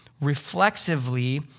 reflexively